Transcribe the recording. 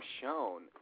shown